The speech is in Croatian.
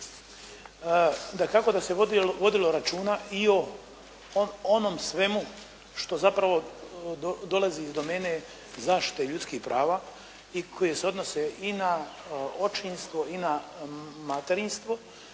dakako da se vodilo računa i o onom svemu što zapravo dolazi iz domene zaštite ljudskih prava i koje se odnose i na očinstvo i na materinstvo